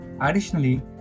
Additionally